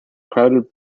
crowded